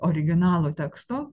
originalo teksto